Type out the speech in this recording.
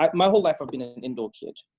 um my whole life i've been an indoor kid,